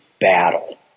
battle